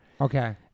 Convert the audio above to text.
Okay